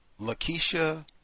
Lakeisha